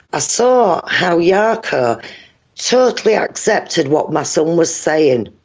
saw how yeah ah jaakko totally accepted what my son was saying,